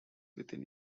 within